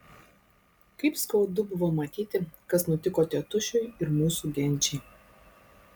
kaip skaudu buvo matyti kas nutiko tėtušiui ir mūsų genčiai